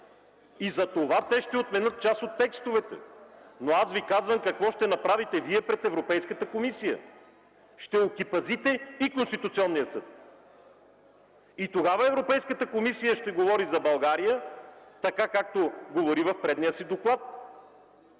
Затова те ще отменят част от текстовете, но аз Ви казвам какво ще направите Вие пред Европейската комисия – ще окепазите и Конституционния съд. Тогава Европейската комисия ще говори за България, както говори в предния си доклад.